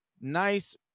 nice